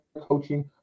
coaching